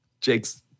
Jake's